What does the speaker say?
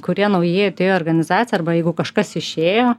kurie naujai atėjo į organizaciją arba jeigu kažkas išėjo